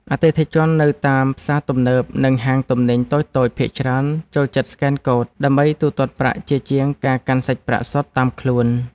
អតិថិជននៅតាមផ្សារទំនើប និងហាងទំនិញតូចៗភាគច្រើនចូលចិត្តស្កែនកូដ ដើម្បីទូទាត់ប្រាក់ជាជាងការកាន់សាច់ប្រាក់សុទ្ធតាមខ្លួន។